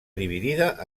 dividida